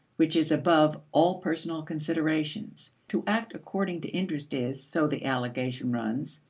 which is above all personal considerations. to act according to interest is, so the allegation runs,